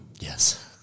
Yes